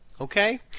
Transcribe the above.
Okay